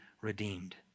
redeemed